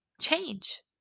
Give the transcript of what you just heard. change